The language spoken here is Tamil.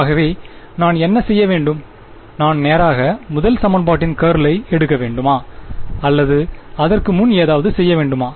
ஆகவே நான் என்ன செய்ய வேண்டும் நான் நேராக முதல் சமன்பாட்டின் கர்ளை எடுக்க வேண்டுமா அல்லது அதற்கு முன் ஏதாவது செய்ய வேண்டுமா